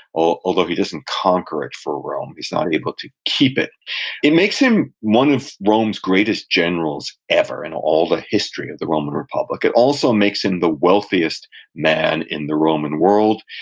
although he doesn't conquer it for rome, he's not able to keep it it makes him one of rome's greatest generals ever, in all the history of the roman republic. it also makes him the wealthiest man in the roman world.